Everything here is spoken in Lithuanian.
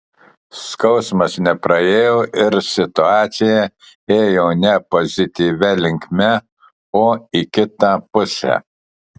skausmas nepraėjo ir situacija ėjo ne pozityvia linkme o į kitą pusę